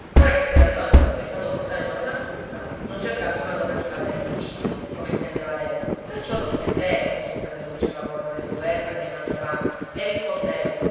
ora che si era levato dal peccato mortale colla santuzza non cercasse una donna di casa e di giudizio come intendeva lei perciò lo difendeva se suo fratello diceva corna del governo e dei mangiapane e rispondeva